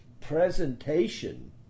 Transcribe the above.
presentation